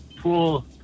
pool